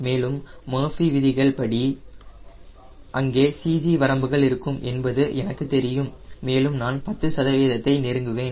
மேலும் மர்ஃபி விதிகள் படி அங்கே CG வரம்புகள் இருக்கும் என்பது எனக்கு தெரியும் மேலும் நான் 10 சதவீதத்தை நெருங்குவேன்